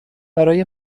برای